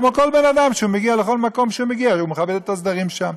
כמו כל בן אדם שמגיע לכל מגיע מקום שמגיע והוא מכבד את ההסדרים שם.